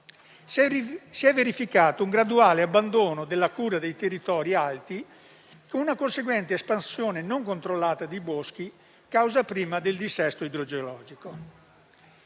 Si è verificato un graduale abbandono della cura dei territori alti, con una conseguente espansione non controllata dei boschi, causa prima del dissesto idrogeologico.